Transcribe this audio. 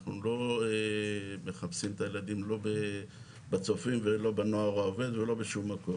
אנחנו לא מחפשים את הילדים לא בצופים ולא בנוער העובד ולא בשום מקום,